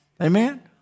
Amen